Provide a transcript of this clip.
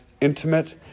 intimate